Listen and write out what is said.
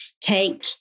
Take